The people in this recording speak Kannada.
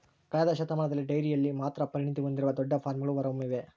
ಕಳೆದ ಶತಮಾನದಲ್ಲಿ ಡೈರಿಯಲ್ಲಿ ಮಾತ್ರ ಪರಿಣತಿ ಹೊಂದಿರುವ ದೊಡ್ಡ ಫಾರ್ಮ್ಗಳು ಹೊರಹೊಮ್ಮಿವೆ